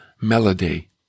melody